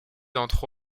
entre